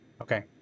okay